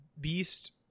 beast